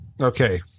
okay